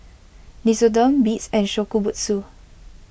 Nixoderm Beats and Shokubutsu